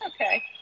Okay